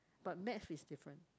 but maths is different